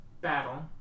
battle